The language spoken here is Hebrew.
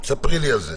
תספרי לי על זה.